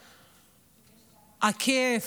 הכאב,